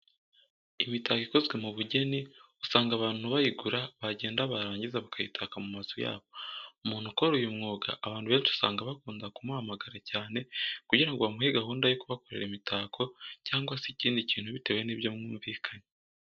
Imitako ikozwe mu bugeni usanga abantu bayigura bagenda barangiza bakayitaka mu mazu yabo. Umuntu ukora uyu mwuga abantu benshi usanga bakunda kumuhamagara cyane kugira ngo bamuhe gahunda yo kubakorera imitako cyangwa se ikindi kintu bitewe n'ibyo mwumvikanye.